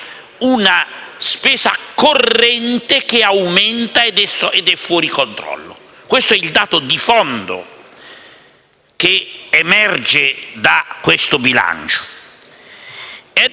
una spesa corrente che aumenta ed è fuori controllo. Questo è il dato di fondo che emerge da questo bilancio